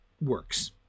works